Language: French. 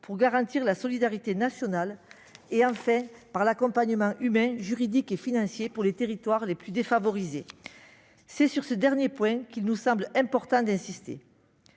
pour garantir la solidarité nationale, enfin, sur l'accompagnement humain, juridique et financier pour les territoires les plus défavorisés. C'est sur ce dernier point qu'il nous semble important d'insister.